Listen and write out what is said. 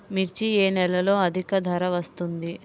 మిర్చి ఏ నెలలో అధిక ధర వస్తుంది?